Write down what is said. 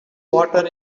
water